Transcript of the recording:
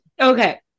Okay